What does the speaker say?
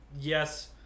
yes